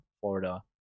Florida